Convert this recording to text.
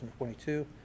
2022